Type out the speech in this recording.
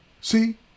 see